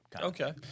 Okay